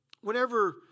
whenever